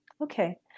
Okay